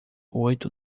oito